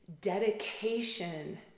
dedication